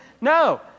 No